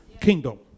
kingdom